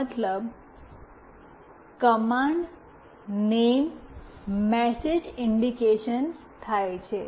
નો મતલબ command name message indication થાઈ છે